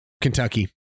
Kentucky